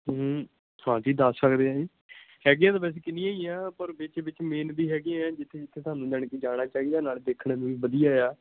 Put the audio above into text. ਹਮ ਹਾਂਜੀ ਦੱਸ ਸਕਦੇ ਹਾਂ ਜੀ ਹੈਗੀਆਂ ਤਾਂ ਵੈਸੇ ਕਿੰਨੀਆਂ ਹੀ ਆ ਪਰ ਵਿੱਚ ਵਿੱਚ ਮੇਨ ਵੀ ਹੈਗੀਆਂ ਜਿੱਥੇ ਜਿੱਥੇ ਸਾਨੂੰ ਜਾਣੀ ਕਿ ਜਾਣਾ ਚਾਹੀਦਾ ਨਾਲੇ ਦੇਖਣ ਨੂੰ ਵੀ ਵਧੀਆ ਆ